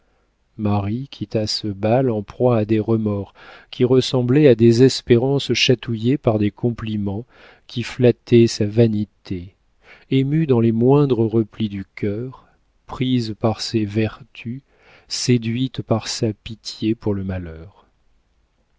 marie quitta ce bal en proie à des remords qui ressemblaient à des espérances chatouillée par des compliments qui flattaient sa vanité émue dans les moindres replis du cœur prise par ses vertus séduite par sa pitié pour le malheur